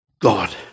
God